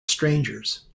strangers